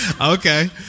Okay